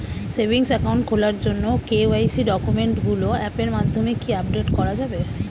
Savings account খোলার জন্য KYC ডকুমেন্টগুলো অ্যাপের মাধ্যমে কি আপডেট করা যাবে?